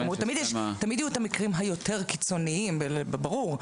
תמיד יהיו את המקרים היותר קיצוניים, וזה ברור.